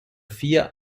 vier